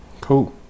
cool